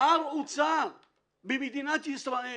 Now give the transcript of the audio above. שר אוצר במדינת ישראל